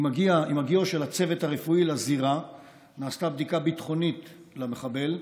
עם הגיעו של הצוות הרפואי לזירה נעשתה בדיקה ביטחונית למחבל,